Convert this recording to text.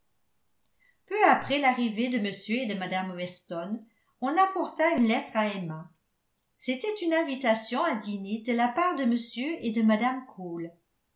peu après l'arrivée de m et de mme weston on apporta une lettre à emma c'était une invitation à dîner de la part de m et de mme cole